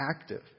active